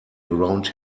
around